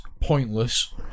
pointless